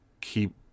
keep